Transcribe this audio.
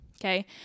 okay